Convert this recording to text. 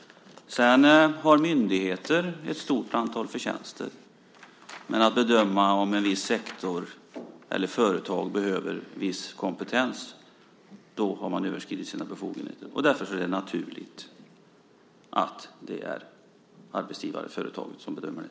Sedan har myndigheter ett stort antal förtjänster. Men om de ska bedöma om en viss sektor eller ett visst företag behöver viss kompetens, då har de överskridit sina befogenheter. Därför är det naturligt att det är arbetsgivarföretaget som bedömer det.